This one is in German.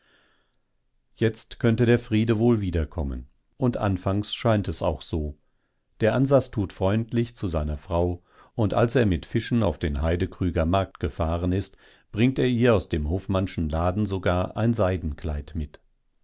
jetzt könnte der friede wohl wiederkommen und anfangs scheint es auch so der ansas tut freundlich zu seiner frau und als er mit fischen auf den heydekrüger markt gefahren ist bringt er ihr aus dem hofmannschen laden sogar ein seidenkleid mit